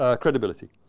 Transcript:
ah credibility.